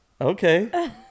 Okay